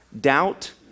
doubt